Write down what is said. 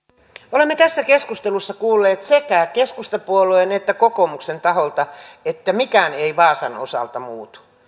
puhemies olemme tässä keskustelussa kuulleet sekä keskustapuolueen että kokoomuksen taholta että mikään ei vaasan osalta muutu